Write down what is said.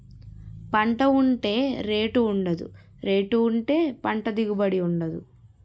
పంట ఉంటే రేటు ఉండదు, రేటు ఉంటే పంట దిగుబడి ఉండదు